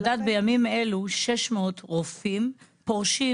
את יודעת, בימים אלו, 600 רופאים פורשים.